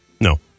no